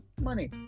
money